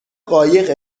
قایق